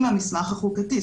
עם המסמך החוקתי,